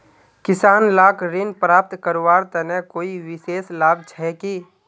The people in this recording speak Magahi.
किसान लाक ऋण प्राप्त करवार तने कोई विशेष लाभ छे कि?